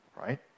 right